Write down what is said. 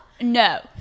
No